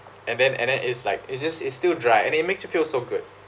and then and then it's like it's just it's still dry and it makes you feel so good